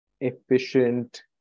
efficient